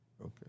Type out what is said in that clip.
okay